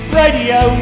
radio